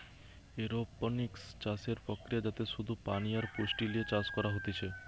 aeroponics চাষের প্রক্রিয়া যাতে শুধু পানি আর পুষ্টি লিয়ে চাষ করা হতিছে